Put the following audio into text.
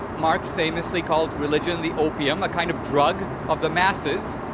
marx famously calls religion, the opium, a kind of drug of the masses.